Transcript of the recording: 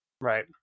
right